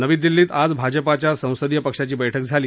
नवी दिल्लीत आज भाजपाच्या संसदीय पक्षाची बैठक झाली